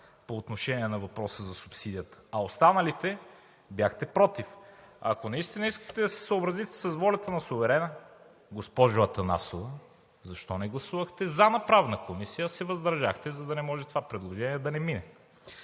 по отношение на въпроса за субсидията, а останалите бяхте против. Ако наистина искахте да се съобразите с волята на суверена, госпожо Атанасова, защо не гласувахте за в Правната комисия, а се въздържахте, за да не може това предложение да не мине?